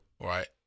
right